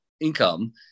income